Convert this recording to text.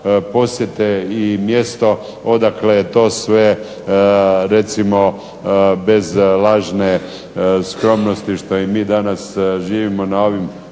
posjete i mjesto odakle je to sve recimo bez lažne skromnosti što i mi danas živimo na ovim